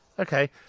Okay